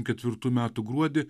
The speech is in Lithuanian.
ketvirtų metų gruodį